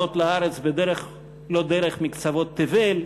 לעלות לארץ בדרך-לא-דרך מקצוות תבל,